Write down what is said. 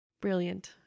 brilliant